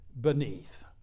beneath